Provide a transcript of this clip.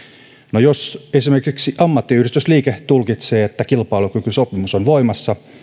no jos esimerkiksi ammattiyhdistysliike tulkitsee että kilpailukykysopimus on voimassa